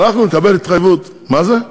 אנחנו נקבל התחייבות, מה זה?